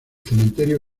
cementerio